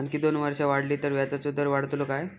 आणखी दोन वर्षा वाढली तर व्याजाचो दर वाढतलो काय?